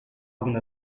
una